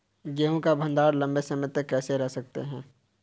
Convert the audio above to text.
गेहूँ का भण्डारण लंबे समय तक कैसे कर सकते हैं?